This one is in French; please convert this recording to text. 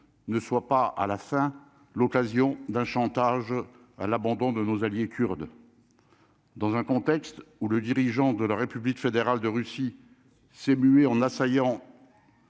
ne soit pas à la fin, l'occasion d'un chantage à l'abandon de nos alliés kurdes dans un contexte où le dirigeant de la République fédérale de Russie s'est mué en assaillant